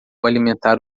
alimentar